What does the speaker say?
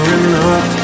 enough